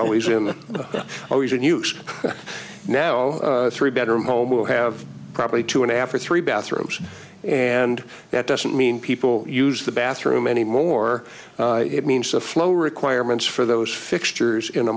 always in use now three bedroom home will have probably two and a half or three bathrooms and that doesn't mean people use the bathroom anymore it means the flow requirements for those fixtures in a